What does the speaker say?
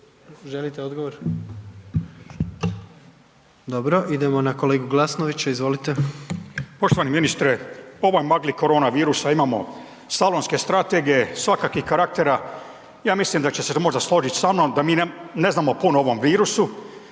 Želite odgovor? Dobro. Idemo na kolegu Glasnovića. Izvolite. **Glasnović, Željko (Nezavisni)** Poštovani ministre. U ovoj magli koronavirusa imamo salonske strategije, svakakvih karaktera, ja mislim da ćete se možda složiti sa mnom da mi ne znamo puno o ovom virusu